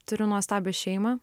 turiu nuostabią šeimą